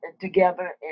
together